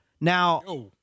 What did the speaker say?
now